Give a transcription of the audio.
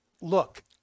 look